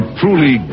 truly